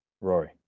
Rory